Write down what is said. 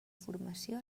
formació